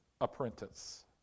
apprentice